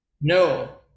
No